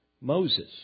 Moses